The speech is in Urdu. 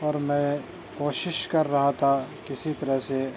اور میں کوشش کر رہا تھا کسی طرح سے